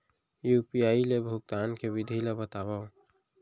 UPI ले भुगतान के विधि ला बतावव